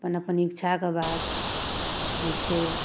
अपन अपन इच्छाके बात होइ छै